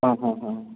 हां हां हां